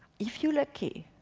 if you're lucky,